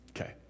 Okay